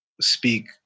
speak